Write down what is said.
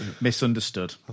Misunderstood